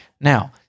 Now